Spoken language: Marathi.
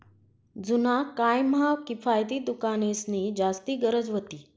जुना काय म्हा किफायती दुकानेंसनी जास्ती गरज व्हती